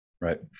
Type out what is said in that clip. Right